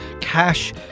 Cash